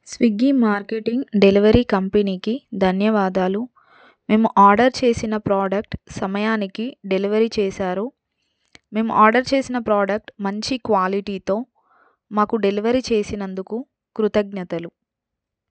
Swiggy marketing delivery కంపెనీకి ధన్యవాదాలు మేము ఆర్డర్ చేసిన ప్రోడక్ట్ సమయానికి డెలివరీ చేశారు మేము ఆర్డర్ చేసిన ప్రోడక్ట్ మంచి క్వాలిటీతో మాకు డెలివరీ చేసినందుకు కృతజ్ఞతలు